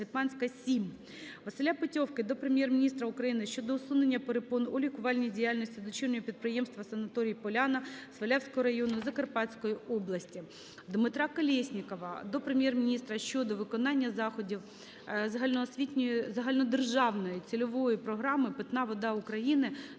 Василя Петьовки до Прем'єр-міністра України щодо усунення перепон у лікувальній діяльності дочірнього підприємства "Санаторій "Поляна" Свалявського району Закарпатської області. Дмитра Колєснікова до Прем'єр-міністра щодо виконання заходів Загальнодержавної цільової програми "Питна вода України"